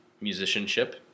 musicianship